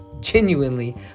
genuinely